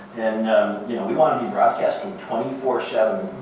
and yeah we want to be broadcasting twenty four seven